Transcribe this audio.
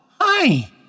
Hi